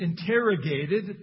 interrogated